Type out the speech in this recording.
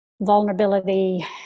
vulnerability